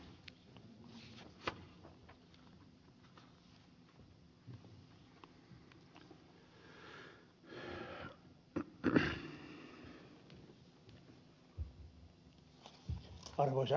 arvoisa puhemies